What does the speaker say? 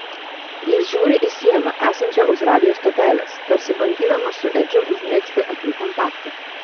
jis žiūri į sieną esančią už radijo stotelės tarsi bandydamas su edžiu užmegzti akių kontaktą